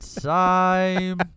time